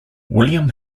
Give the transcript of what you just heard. william